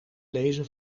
lezen